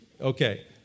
Okay